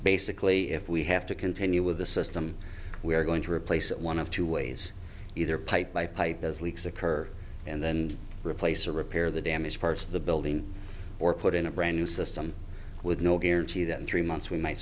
basically if we have to continue with the system we are going to replace it one of two ways either pipe by pipe as leaks occur and then replace or repair the damaged parts of the building or put in a brand new system with no guarantee that in three months we might